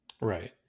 right